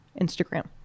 Instagram